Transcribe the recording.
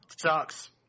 sucks